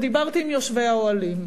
דיברתי עם יושבי האוהלים,